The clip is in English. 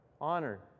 honored